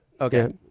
Okay